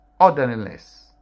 orderliness